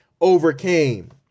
overcame